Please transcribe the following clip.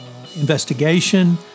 investigation